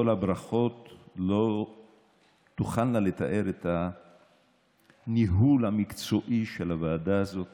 כל הברכות לא תוכלנה לתאר את הניהול המקצועי של הוועדה הזאת